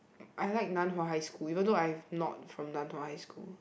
I like Nan Hua High School even though I've not from Nan Hua High School